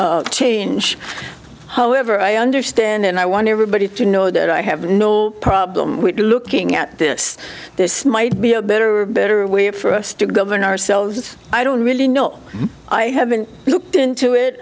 change however i understand and i want everybody to know that i have no problem with looking at this this might be a better or better way for us to govern ourselves i don't really know i haven't looked into it